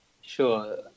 Sure